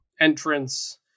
entrance